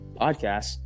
Podcast